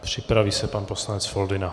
Připraví se pan poslanec Foldyna.